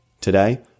Today